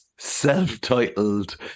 Self-titled